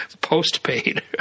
postpaid